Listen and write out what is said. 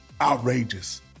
outrageous